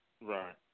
Right